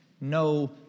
no